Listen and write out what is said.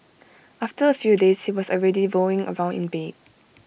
after A few days he was already rolling around in bed